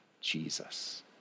Jesus